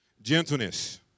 Gentleness